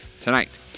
tonight